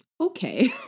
Okay